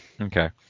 Okay